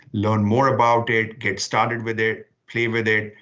learn more about it, get started with it, play with it.